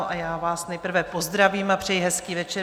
A já vás nejprve pozdravím a přeji hezký večer.